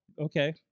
Okay